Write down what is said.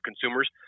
consumers